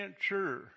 sure